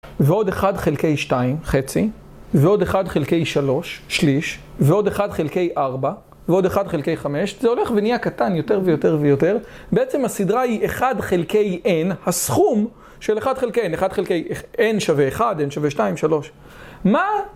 ועוד 1 חלקי 2, חצי, ועוד 1 חלקי 3, שליש, ועוד 1 חלקי 4, ועוד 1 חלקי 5, זה הולך ונהיה קטן יותר ויותר ויותר, בעצם הסדרה היא 1 חלקי n, הסכום של 1 חלקי n, 1 חלקי n שווה 1, n שווה 2, 3, מה?